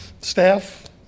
staff